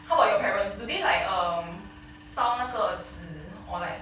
how about your parents do they like um 烧那个纸 or like